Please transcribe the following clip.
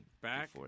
Back